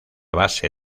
base